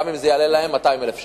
גם אם זה יעלה להם 200,000 שקל.